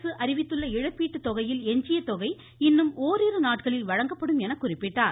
அரசு அறிவித்துள்ள இழப்பீட்டு தொகையில் எஞ்சிய தொகை இன்னும் ஓரிரு நாட்களில் வழங்கப்படும் எனக் குறிப்பிட்டார்